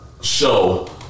show